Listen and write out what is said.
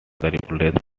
replaced